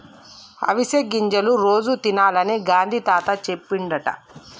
అవిసె గింజలు రోజు తినాలని గాంధీ తాత చెప్పిండట